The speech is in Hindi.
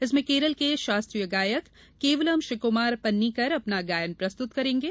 इसमें केरल के शास्त्रीय गायक केवलम श्रीकृमार पनिक्कर अपना गायन प्रस्तुत करेंगे